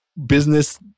business